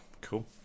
cool